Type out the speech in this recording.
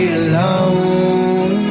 alone